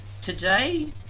Today